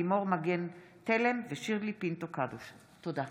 לימור מגן תלם ושירלי פינטו קדוש בנושא: